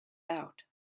out